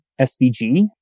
SVG